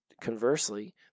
conversely